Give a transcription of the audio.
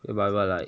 but but like